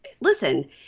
listen